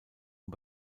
und